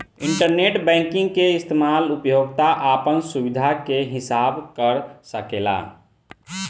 internet banking के इस्तमाल उपभोक्ता आपन सुबिधा के हिसाब कर सकेला